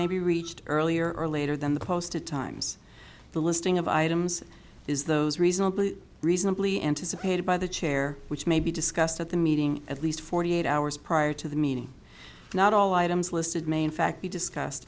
may be reached earlier or later than the posted times the listing of items is those reasonably reasonably anticipated by the chair which may be discussed at the meeting at least forty eight hours prior to the meeting not all items listed may in fact be discussed